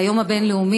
זה היום הבין-לאומי,